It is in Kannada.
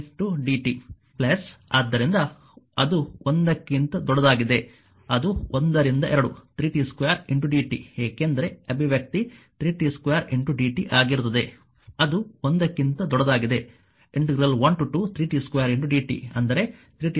011dt ಆದ್ದರಿಂದ ಅದು ಒಂದಕ್ಕಿಂತ ದೊಡ್ಡದಾಗಿದೆ ಅದು 1 ರಿಂದ 2 3t 2 dt ಏಕೆಂದರೆ ಅಭಿವ್ಯಕ್ತಿ 3t 2 dt ಆಗಿರುತ್ತದೆ ಅದು 1 ಕ್ಕಿಂತ ದೊಡ್ಡದಾಗಿದೆ 123t2dt ಅಂದರೆ 3t 2 dt